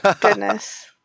Goodness